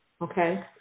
okay